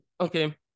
Okay